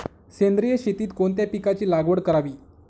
सेंद्रिय शेतीत कोणत्या पिकाची लागवड करावी?